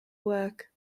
work